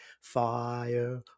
fire